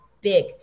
big